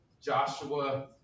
Joshua